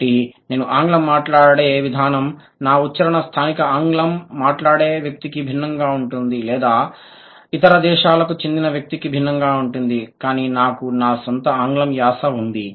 కాబట్టి నేను ఆంగ్లం మాట్లాడే విధానం నా ఉచ్చారణ స్థానికంగా ఆంగ్లం మాట్లాడే వ్యక్తికి భిన్నంగా ఉంటుంది లేదా ఇతర దేశాలకు చెందిన వ్యక్తికి భిన్నంగా ఉంటుంది కానీ నాకు నా స్వంత ఆంగ్లం యాస ఉంది